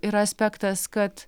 yra aspektas kad